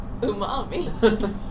umami